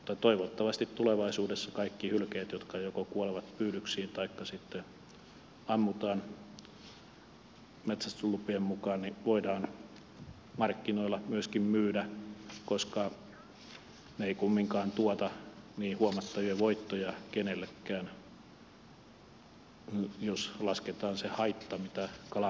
mutta toivottavasti tulevaisuudessa kaikki hylkeet jotka joko kuolevat pyydyksiin taikka sitten ammutaan metsästyslupien mukaan voidaan markkinoilla myöskin myydä koska ne eivät kumminkaan tuota niin huomattavia voittoja kenellekään jos lasketaan se haitta mitä kalanpyydyksille aiheutuu